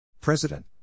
President